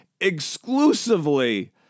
exclusively